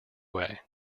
way